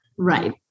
Right